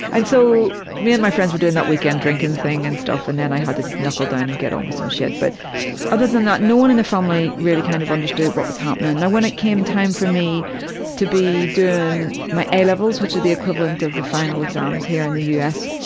and so me and my friends were doing that weekend drinking thing and stuff and then i had to knuckle down and get on with some shit, but other than that no one in the family really kind of understood what was happening. now when it came time for me to be doing my a-levels, which are the equivalent of the final exams here in the u. s.